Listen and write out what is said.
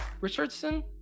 Richardson